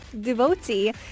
devotee